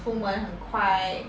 出门会